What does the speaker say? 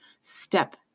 step